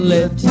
Let